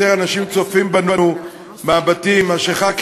יותר אנשים צופים בנו מהבתים מאשר חברי